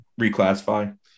Reclassify